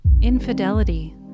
Infidelity